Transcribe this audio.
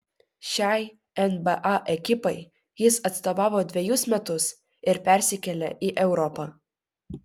šiai nba ekipai jis atstovavo dvejus metus ir persikėlė į europą